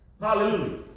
Hallelujah